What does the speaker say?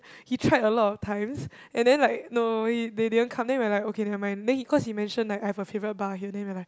he tried a lot of times and then like no he they didn't come then we are like okay never mind then he cause he mentioned like I've a favourite bar here then we are like